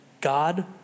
God